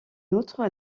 outre